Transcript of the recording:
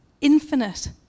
infinite